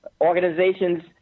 organizations